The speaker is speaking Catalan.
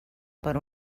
per